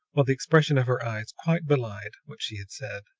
while the expression of her eyes quite belied what she had said.